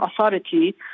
Authority